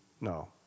No